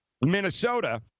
Minnesota